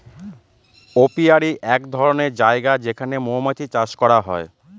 apiary এক ধরনের জায়গা যেখানে মৌমাছি চাষ করা হয়